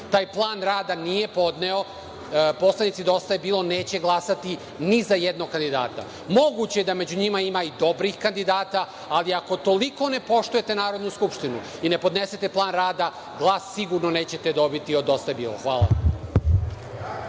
taj plan rada nije podneo, poslanici DJB neće glasati ni za jednog kandidata. Moguće je da među njima ima i dobrih kandidata, ali ako toliko ne poštujete Narodnu skupštinu i ne podnesete plan rada, glas sigurno nećete dobiti od DJB. Hvala.